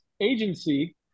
agency